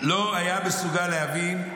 לא היה מסוגל להבין,